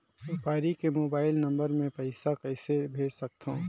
व्यापारी के mobile number मे पईसा कइसे भेज सकथव?